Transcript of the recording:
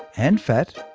and fat,